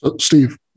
Steve